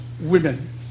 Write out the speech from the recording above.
women